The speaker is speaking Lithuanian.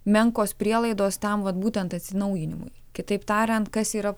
menkos prielaidos tam vat būtent atsinaujinimui kitaip tariant kas yra